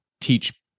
teach